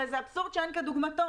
הרי זה אבסורד שאין כדוגמתו.